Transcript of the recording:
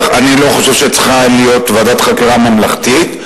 אני לא חושב שצריכה להיות ועדת חקירה ממלכתית,